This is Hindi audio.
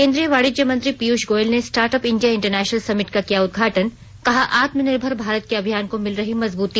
केंद्रीय वाणिज्य मंत्री पीयूष गोयल ने स्टार्टअप इंण्डिया इंटरनेशनल समिट का किया उदघाटन कहा आत्मनिर्भर भारत के अभियान को मिल रही मजबूती